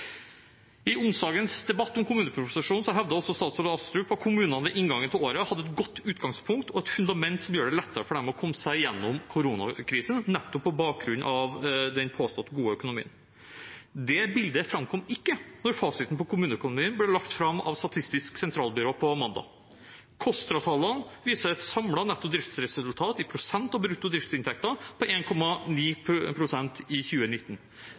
I onsdagens debatt om kommuneproposisjonen hevdet statsråd Astrup at kommunene ved inngangen til året hadde et godt utgangspunkt og et fundament som gjør det lettere for dem å komme seg gjennom koronakrisen, nettopp på bakgrunn av den påstått gode økonomien. Det bildet framkom ikke da fasiten på kommuneøkonomien ble lagt fram av Statistisk sentralbyrå på mandag. KOSTRA-tallene viser et samlet netto driftsresultat i prosent av brutto driftsinntekter på 1,9 i 2019. Det er en